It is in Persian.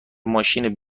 ماشین